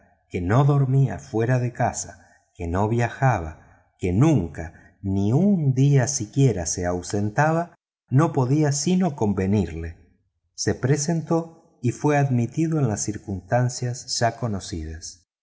que no dormía fuera de casa que no viajaba que nunca ni un día siquiera se ausentaba no podía sino convenirle se presentó y fue admitido en las circunstancias ya conocidas